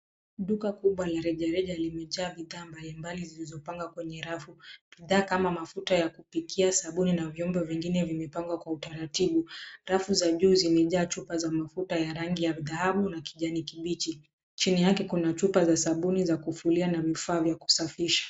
Duka kubwa la rejareja limejaa bidhaa mbalimbali zilizopangwa kwenye rafu. Bidhaa kama mafuta ya kupikia sabuni na vyombo vyengine vimepangwa kwa utaratibu. Rafu za juu zimejaa chupa za mafuta za rangi ya dhahabu na kijani kibichi. Chini yake kuna chupa za sabuni ya kufulia na vifaa vya kusafisha.